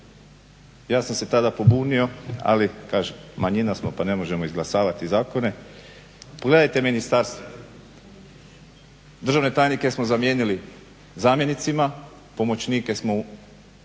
Ja sam se tada pobunio, ali kažem manjina smo pa ne možemo izglasavati zakone. Pogledajte ministarstva, državne tajnike smo zamijenili zamjenicima, pomoćnike smo stavili